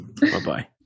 Bye-bye